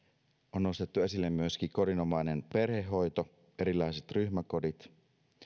on nostettu esille myöskin kodinomainen perhehoito erilaiset ryhmäkodit